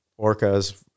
orcas